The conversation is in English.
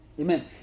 Amen